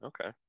okay